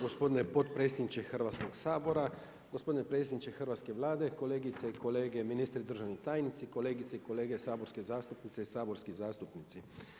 Gospodine potpredsjedniče Hrvatskog sabora, gospodine predsjedniče hrvatske Vlade, kolegice i kolege ministri, državni tajnice, kolegice i kolege saborske zastupnice i saborski zastupnici.